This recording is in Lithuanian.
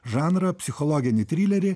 žanrą psichologinį trilerį